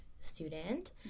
student